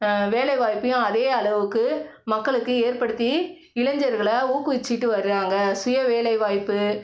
வேலைவாய்ப்பையும் அதே அளவுக்கு மக்களுக்கு ஏற்படுத்தி இளைஞர்களை ஊக்குவிச்சுட்டு வராங்க சுயவேலைவாய்ப்பு